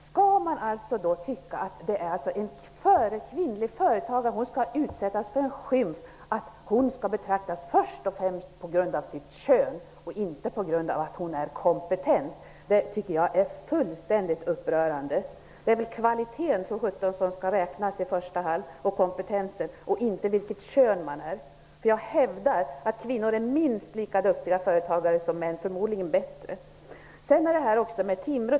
Skall en kvinnlig företagare utsättas för skymfen att betraktas först och främst på grund av sitt kön och inte på grund av att hon är kompetent? Det tycker jag är upprörande! Det är väl kvaliteten som skall räknas i första hand, kompetensen, och inte vilket kön man är. Jag hävdar att kvinnor är minst lika duktiga företagare som män, förmodligen bättre. Jag vill på nytt påminna om Timrå.